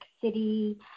City